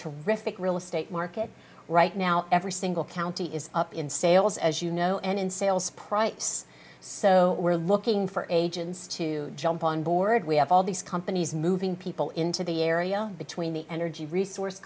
terrific real estate market right now every single county is up in sales as you know and in sales price so we're looking for agents to jump on board we have all these companies moving people into the area between the energy resource